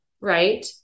right